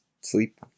sleep